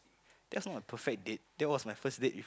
that's not my perfect date that was my first date with